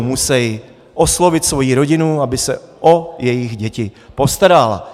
Musí oslovit svoji rodinu, aby se o jejich děti postarala.